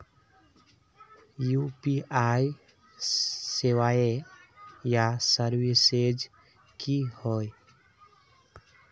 UPI सेवाएँ या services की होय?